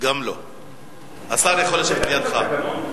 השר יכול לשבת לידך.